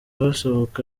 basohoka